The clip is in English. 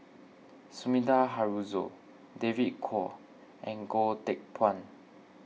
Sumida Haruzo David Kwo and Goh Teck Phuan